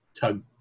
Tug